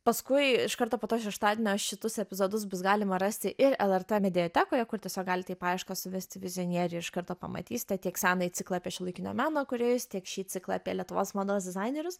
paskui iš karto po to šeštadienio šitus epizodus bus galima rasti ir lrt mediatekoje kur tiesiog galite į paiešką suvesti vizionieriai iš karto pamatysite tiek senąjį ciklą apie šiuolaikinio meno kūrėjus tiek šį ciklą apie lietuvos mados dizainerius